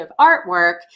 artwork